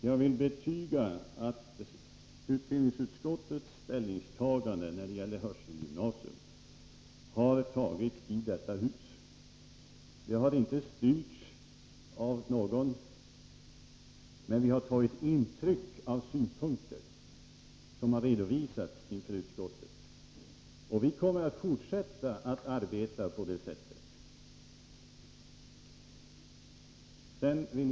Herr talman! Jag vill betyga att utbildningsutskottets ställningstagande när det gäller gymnasium för hörselskadade har gjorts i detta hus. Det har inte styrts av någon, men vi har tagit intryck av synpunkter som har redovisats inför utskottet. Vi kommer att fortsätta att arbeta på det sättet.